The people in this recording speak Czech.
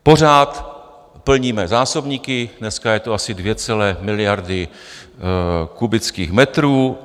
Pořád plníme zásobníky, dneska je to asi dvě celé miliardy kubických metrů.